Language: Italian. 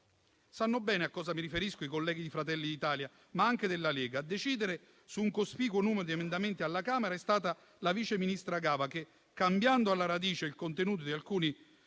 Sanno bene a cosa mi riferisco i colleghi di Fratelli d'Italia, ma anche della Lega. A decidere su un cospicuo numero di emendamenti alla Camera è stata la vice ministra Gava, che, cambiando alla radice il contenuto di alcuni